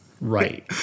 Right